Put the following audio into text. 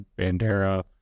Bandera